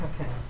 Okay